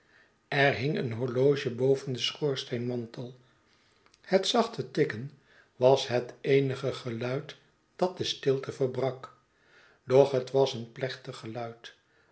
er hing een horloge boven den schoorsteenmantel het zachte tikken was het eenige geluid dat de stilte verbrak doch het was een plechtig geluid